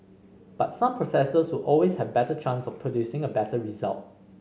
but some processes will always have better chance of producing a better result